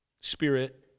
spirit